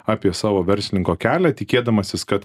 apie savo verslininko kelią tikėdamasis kad